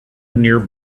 nearby